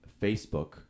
Facebook